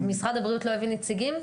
אז משרד הבריאות לא הביא נציגים?